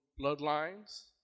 Bloodlines